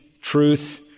truth